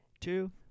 two